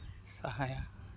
ᱥᱟᱦᱟᱭᱟ